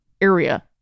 area